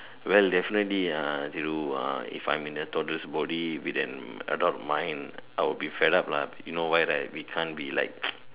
well definitely uh Thiru if I'm in a toddlers body with an adult mind I'll be fed up lah you know why right we can't be like